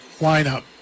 lineup